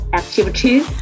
activities